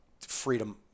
freedom